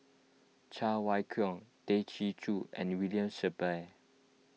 Cheng Wai Keung Tay Chin Joo and William Shellabear